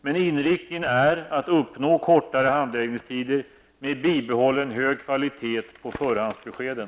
Men inriktningen är att uppnå kortare handläggningstider med bibehållen hög kvalitet på förhandsbeskeden.